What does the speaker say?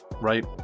right